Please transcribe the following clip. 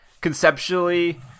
conceptually